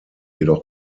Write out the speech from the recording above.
jedoch